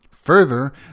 Further